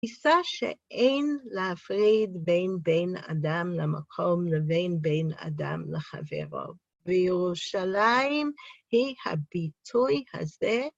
תפיסה שאין להפריד בין בין אדם למקום לבין בין אדם לחברו. וירושלים היא הביטוי הזה.